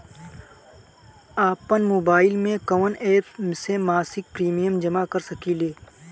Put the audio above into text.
आपनमोबाइल में कवन एप से मासिक प्रिमियम जमा कर सकिले?